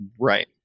right